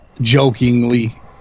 jokingly